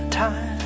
time